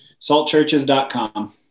Saltchurches.com